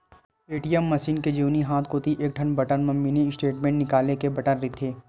ATM machine के जेवनी हाथ कोती एकठन बटन म मिनी स्टेटमेंट निकाले के बटन रहिथे